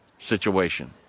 situation